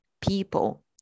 people